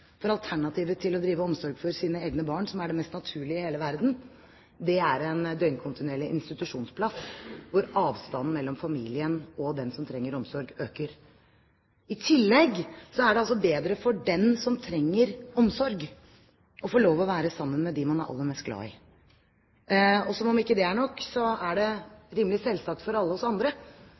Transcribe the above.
for alternativet til å drive omsorg for sine egne barn – som er det mest naturlige i hele verden – er en døgnkontinuerlig institusjonsplass hvor avstanden mellom familien og den som trenger omsorg, øker. I tillegg er det bedre for den som trenger omsorg, å få lov å være sammen med dem man er aller mest glad i. Som om ikke det er nok, er det rimelig selvsagt for alle oss andre